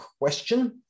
question